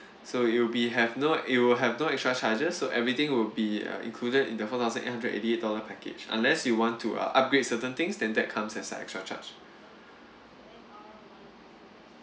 so it'll be have no it will have no extra charges so everything will be uh included in the four thousand eight hundred eighty eight dollar package unless you want to uh upgrade certain things then that comes as a extra charge